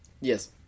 Yes